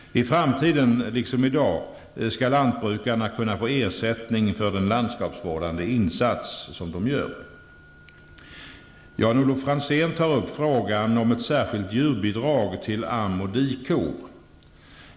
I framtiden, liksom i dag, skall lantbrukarna kunna få ersättning för den landskapsvårdande insats som de gör. Jan-Olof Franzén tar upp frågan om ett särskilt djurbidrag till am och dikor.